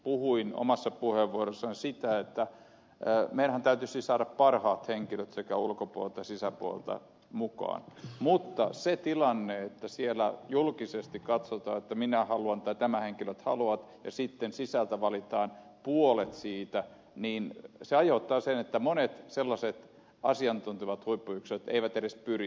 puhuin omassa puheenvuorossani siitä että meidänhän täytyy siis saada parhaat henkilöt sekä ulkopuolelta että sisäpuolelta mukaan mutta se tilanne että siellä julkisesti katsotaan että nämä henkilöt halutaan ja sitten sisältä valitaan puolet heistä aiheuttaa sen että monet asiantuntevat huippuyksilöt eivät edes pyri sinne